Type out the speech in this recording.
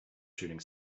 shooting